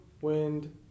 wind